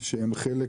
שהם חלק